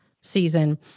season